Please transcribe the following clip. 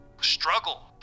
struggle